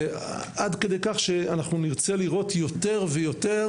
עד כדי כך שאנחנו נרצה לראות יותר ויותר